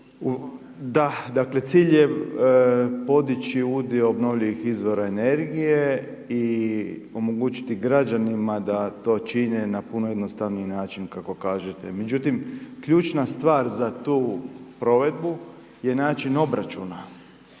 da, dakle cilj je podići udio obnovljivih izvora energije i omogućiti građanima da to čine na puno jednostavniji način kako kažete. Međutim, ključna stvar za tu provedbu je način obračuna,